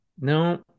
No